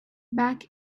back